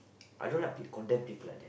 I don't like peo~ condemn people like that